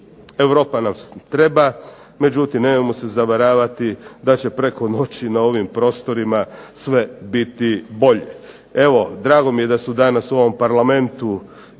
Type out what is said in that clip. Europa nas treba. Međutim nemojmo se zavaravati da će preko noći na ovim prostorima sve biti bolje. Evo drago mi je da su danas u ovom Parlamentu